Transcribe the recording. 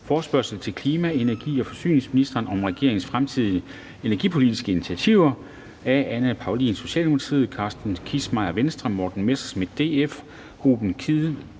Forespørgsel til klima-, energi- og forsyningsministeren om regeringens fremtidige energipolitiske initiativer. Af Anne Paulin (S), Carsten Kissmeyer (V), Morten Messerschmidt (DF), Ruben Kidde